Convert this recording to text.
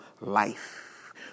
life